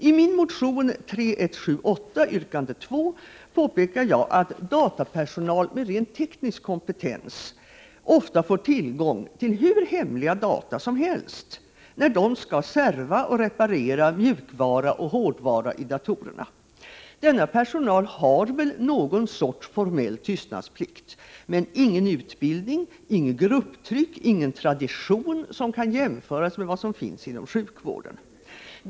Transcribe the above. I min motion 3178, yrkande 2, påpekar jag att datapersonal med rent teknisk kompetens ofta får tillgång till hur hemliga data som helst, när de skall serva och reparera mjukvara och hårdvara i datorerna. Denna personal har väl någon sorts formell tystnadsplikt — men ingen utbildning, inget grupptryck och ingen tradition som kan jämföras med vad som finns inom sjukvården.